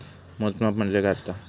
मोजमाप म्हणजे काय असा?